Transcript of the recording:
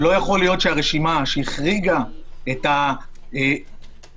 שלא יכול להיות שהרשימה שהחריגה את הענפים